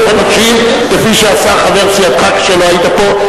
אנשים כפי שעשה חבר סיעתך כשלא היית פה.